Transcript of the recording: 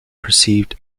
perceived